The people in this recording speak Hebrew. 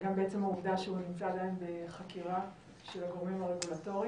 וגם בעצם העובדה שהוא נמצא עדיין בחקירה של הגורמים הרגולטורים.